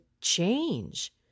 change